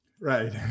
Right